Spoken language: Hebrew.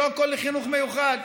לא הכול לחינוך מיוחד.